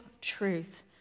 truth